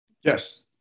Yes